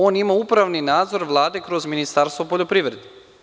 On ima upravni nadzor Vlade kroz Ministarstvo poljoprivrede.